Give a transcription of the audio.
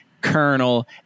Colonel